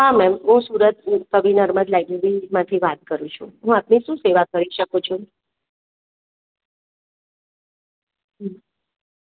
હા મેમ હું સુરતથી કવિ નર્મદ લાઇબ્રેરીમાંથી વાત કરું છું હું આપની શું સેવા કરી શકું છું